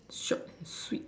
short and free